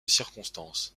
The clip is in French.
circonstance